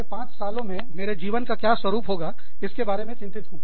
अगले 5 सालों में मेरे जीवन का क्या स्वरूप होगा इसके बारे में चिंतित हूँ